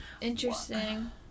interesting